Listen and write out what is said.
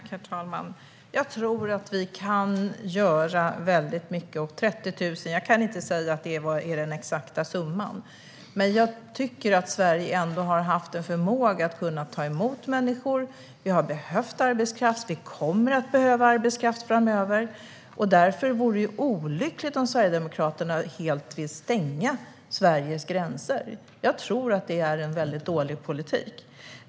Herr talman! Jag tror att vi kan göra väldigt mycket. Jag kan inte säga om 30 000 är den exakta summan, men jag tycker att Sverige har haft en förmåga att ta emot människor - vi har behövt arbetskraft, och vi kommer att behöva arbetskraft framöver - och därför vore det olyckligt om Sverigedemokraterna helt vill stänga Sveriges gränser. Jag tror att det är en mycket dålig politik.